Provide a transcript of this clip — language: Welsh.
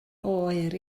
oer